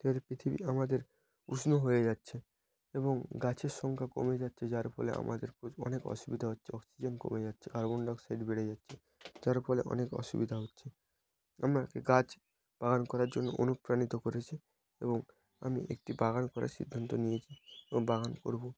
তাতে পৃথিবী আমাদের উষ্ণ হয়ে যাচ্ছে এবং গাছের সংখ্যা কমে যাচ্ছে যার ফলে আমাদের প্রচুর অনেক অসুবিধা হচ্ছে অক্সিজেন কমে যাচ্ছে কার্বন ডাইঅক্সাইড বেড়ে যাচ্ছে যার ফলে অনেক অসুবিধা হচ্ছে আমাকে গাছ বাগান করার জন্য অনুপ্রাণিত করেছে এবং আমি একটি বাগান করার সিদ্ধান্ত নিয়েছি এবং বাগান করব